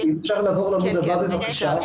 אם אפשר לעבור לשקף הבא, בבקשה.